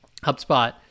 HubSpot